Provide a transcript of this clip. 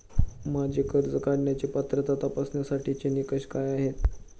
माझी कर्ज काढण्यासाठी पात्रता तपासण्यासाठीचे निकष काय आहेत?